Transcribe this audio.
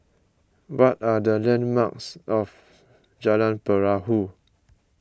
what are the landmarks of Jalan Perahu